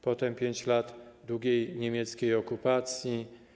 Potem 5 lat długiej niemieckiej okupacji.